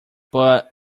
but